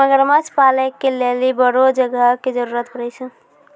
मगरमच्छ पालै के लेली बड़ो जगह के जरुरत पड़ै छै